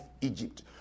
Egypt